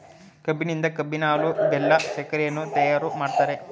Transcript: ಕಬ್ಬಿನಿಂದ ಕಬ್ಬಿನ ಹಾಲು, ಬೆಲ್ಲ, ಸಕ್ಕರೆಯನ್ನ ತಯಾರು ಮಾಡ್ತರೆ